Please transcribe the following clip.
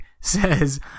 says